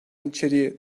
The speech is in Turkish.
içeriği